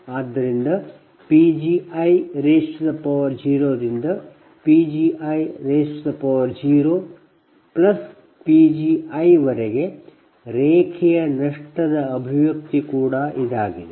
ಆದ್ದರಿಂದ Pgi0 ರಿಂದ Pgi0Pgi ವರೆಗೆ ರೇಖೆಯ ನಷ್ಟದ ಅಭಿವ್ಯಕ್ತಿ ಕೂಡ ಇದಾಗಿದೆ